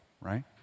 right